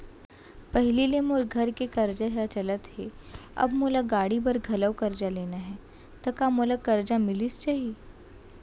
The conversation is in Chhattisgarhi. पहिली ले मोर घर के करजा ह चलत हे, अब मोला गाड़ी बर घलव करजा लेना हे ता का मोला करजा मिलिस जाही?